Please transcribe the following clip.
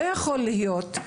לא יכול להיות,